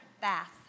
Bath